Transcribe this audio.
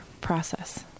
process